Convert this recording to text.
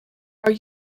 are